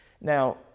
now